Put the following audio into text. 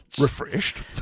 Refreshed